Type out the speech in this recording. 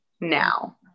now